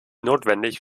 notwendig